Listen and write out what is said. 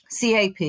CAP